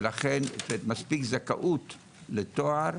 ולכן מספיק זכאות לתואר.